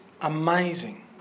amazing